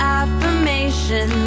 affirmation